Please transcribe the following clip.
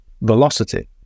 velocity